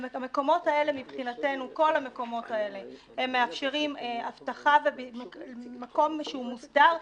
מבחינתנו כל המקומות האלה מאפשרים מקום שהוא מוסדר,